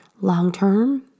long-term